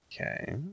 Okay